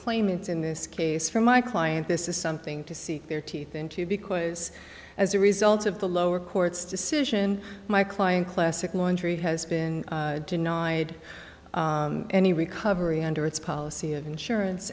claimant in this case for my client this is something to see their teeth into because as a result of the lower court's decision my client classical entry has been denied any recovery under its policy of insurance